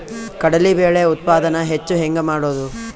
ಕಡಲಿ ಬೇಳೆ ಉತ್ಪಾದನ ಹೆಚ್ಚು ಹೆಂಗ ಮಾಡೊದು?